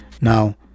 Now